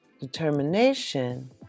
Determination